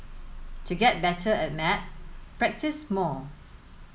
to get better at maths practise more